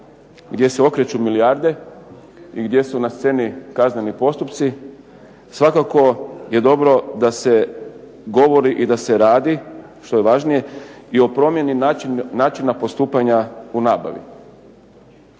gdje se okreću milijarde i gdje su na sceni kazneni postupci svakako je dobro da se govori i da se radi, što je važnije, i o promjeni načina postupanja u nabavi.